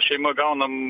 šeima gaunam